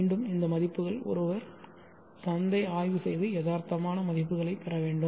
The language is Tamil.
மீண்டும் இந்த மதிப்புகள் ஒருவர் சந்தை ஆய்வு செய்து யதார்த்தமான மதிப்புகளைப் பெற வேண்டும்